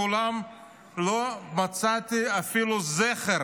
מעולם לא מצאתי אפילו זכר